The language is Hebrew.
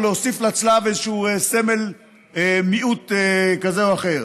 להוסיף לצלב איזשהו סמל של מיעוט כזה או אחר.